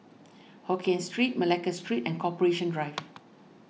Hokien Street Malacca Street and Corporation Drive